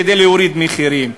כדי להוריד מחירים.